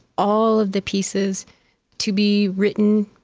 all of the pieces to be written,